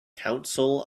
council